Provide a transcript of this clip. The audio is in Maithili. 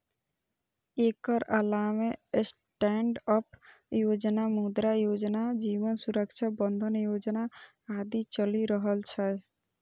एकर अलावे स्टैंडअप योजना, मुद्रा योजना, जीवन सुरक्षा बंधन योजना आदि चलि रहल छै